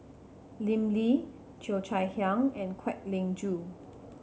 Lim Lee Cheo Chai Hiang and Kwek Leng Joo